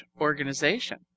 organization